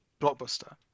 blockbuster